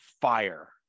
fire